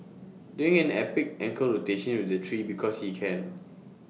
doing an epic ankle rotation with the tree because he can